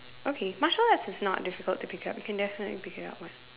okay martial arts is not difficult to pick up you can definitely pick it up [one]